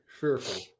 fearful